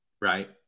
right